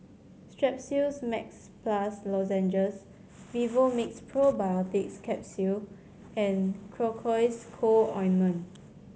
Strepsils Max Plus Lozenges Vivomixx Probiotics Capsule and Cocois Co Ointment